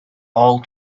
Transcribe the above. all